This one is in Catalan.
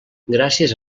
gràcies